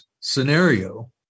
scenario